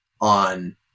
on